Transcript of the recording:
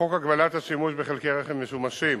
חוק הגבלת השימוש בחלקי רכב משומשים,